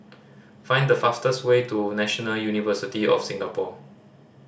find the fastest way to National University of Singapore